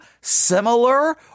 similar